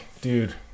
dude